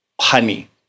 honey